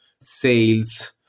sales